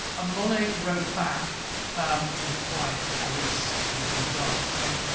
and monet wrote back to his wife alice in france saying,